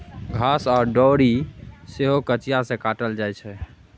घास आ डोरी सेहो कचिया सँ काटल जाइ छै